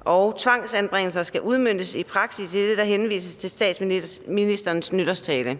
og tvangsanbringelser skal udmøntes i praksis, idet der henvises til statsministerens nytårstale?